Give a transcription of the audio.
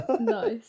nice